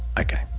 okay,